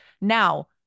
Now